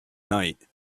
night